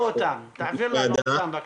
תעביר לנו אותם, בבקשה.